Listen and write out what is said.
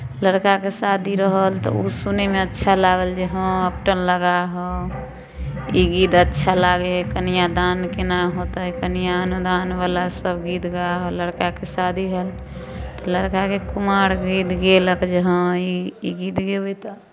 लड़काके शादी रहल तऽ ओ सुनैमे अच्छा लागल जे हँ उबटन लगा हऽ ई गीत अच्छा लागै हइ कन्यादान केना होतै कन्यादानवला सभ गीत गाहऽ लड़काके शादी हइ लड़काके कुमार गीत गयलक जे हँ ई ई गीत गेबै तऽ